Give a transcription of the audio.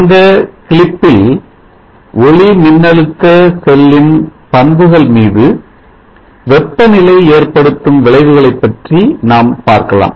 இந்த கிளிப்பில் ஒளிமின்னழுத்த செல்லின் பண்புகள் மீது வெப்பநிலை ஏற்படுத்தும் விளைவுகளை பற்றி நாம் பார்க்கலாம்